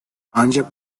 ancak